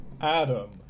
Adam